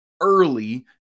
early